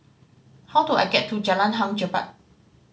how do I get to Jalan Hang Jebat